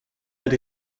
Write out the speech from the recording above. that